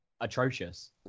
Atrocious